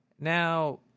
Now